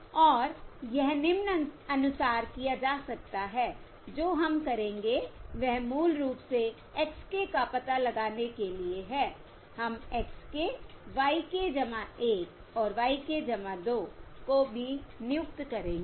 और यह निम्नानुसार किया जा सकता है जो हम करेंगे वह मूल रूप से x k का पता लगाने के लिए है हम x k y k 1 और y k 2 को भी नियुक्त करेंगे